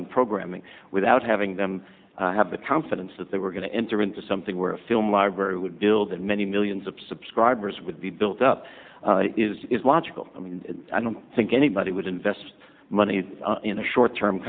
the program without having them have the confidence that they were going to enter into something where a film library would build and many millions of subscribers would be built up is logical i mean i don't think anybody would invest money in the short term